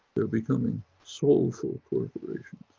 they're becoming soulful corporations.